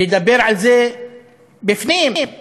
לדבר על זה בפנים, בבית,